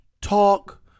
talk